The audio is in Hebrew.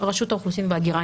רשות האוכלוסין וההגירה,